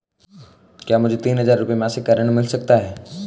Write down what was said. क्या मुझे तीन हज़ार रूपये मासिक का ऋण मिल सकता है?